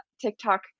TikTok